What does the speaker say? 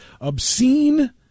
obscene